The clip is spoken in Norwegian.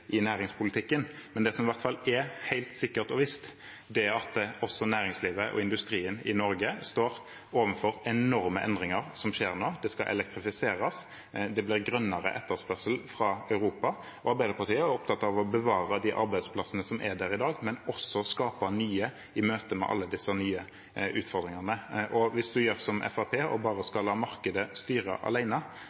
i næringspolitikken. Men det som i hvert fall er helt sikkert og visst, er at også næringslivet og industrien i Norge står overfor de enorme endringer som skjer nå. Det skal elektrifiseres, og det blir grønnere etterspørsel fra Europa. Arbeiderpartiet er opptatt av å bevare de arbeidsplassene som er der i dag, men også å skape nye i møte med alle disse nye utfordringene. Hvis man gjør som Fremskrittspartiet og bare skal la markedet styre